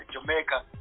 Jamaica